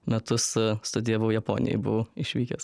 metus studijavau japonijoj buvau išvykęs